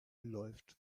läuft